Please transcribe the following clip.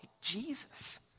Jesus